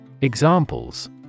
Examples